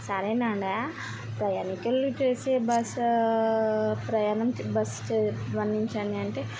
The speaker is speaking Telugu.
సరేనండీ ప్రయాణికులు చేసే బస్సు ప్రయాణం బస్సు ప్రయాణించే బస్సు వర్ణించండి అంటే